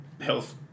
Health